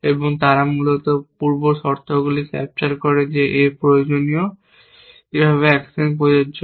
এবং তারা মূলত পূর্ব শর্তগুলি ক্যাপচার করে যে A প্রয়োজনীয় এইভাবে অ্যাকশন প্রযোজ্য